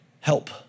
help